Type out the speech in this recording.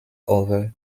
over